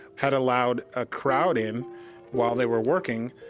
had allowed a crowd in while they were working,